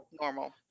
normal